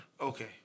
Okay